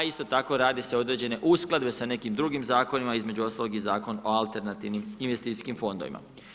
A isto tako radi se određene uskladbe sa nekim drugim zakonima, između ostaloga i Zakon o alternativnim investicijskim fondovima.